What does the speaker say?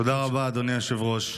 תודה רבה, אדוני היושב-ראש.